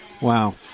Wow